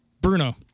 Bruno